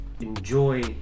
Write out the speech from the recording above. enjoy